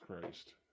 Christ